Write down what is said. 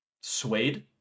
Suede